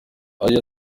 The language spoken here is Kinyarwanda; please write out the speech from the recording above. yagize